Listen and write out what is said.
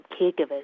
caregivers